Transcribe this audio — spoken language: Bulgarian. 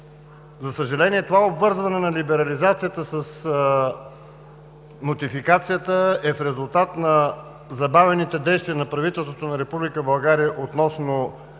За съжаление, това обвързване на либерализацията с нотификацията е в резултат на забавените действия на правителството на Република България относно